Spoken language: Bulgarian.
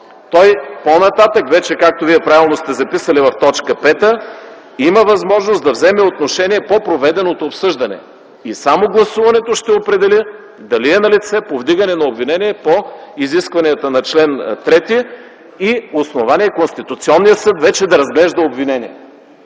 той по-нататък, както Вие правилно сте записали в т. 5, има възможност да вземе отношение по проведеното обсъждане и само гласуването ще определи дали е налице повдигане на обвинение по изискванията на чл. 3 и основание Конституционният съд вече да разглежда обвинението.